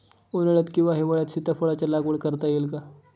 उन्हाळ्यात किंवा हिवाळ्यात सीताफळाच्या लागवड करता येईल का?